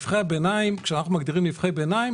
כשאנחנו מגדירים נפחי ביניים,